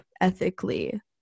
ethically